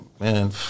man